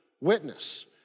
witness